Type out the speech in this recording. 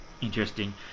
Interesting